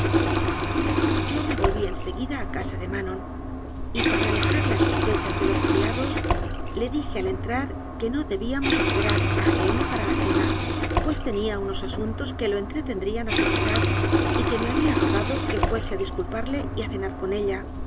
yo me volví en seguida a casa de manon y para alejar las sospechas de los criados le dije al en trar que no debíamos esperar a g m para la cena pues tenía unos asuntos que lo entreten drían a su pesar y que me había rogado que fue se a disculparle y a cenar con ella